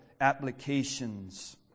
applications